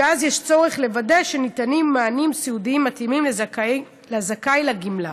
שאז יש צורך לוודא שניתנים מענים סיעודיים מתאימים לזכאי לגמלה.